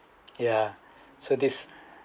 ya so this